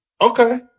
Okay